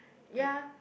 ya